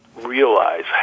realize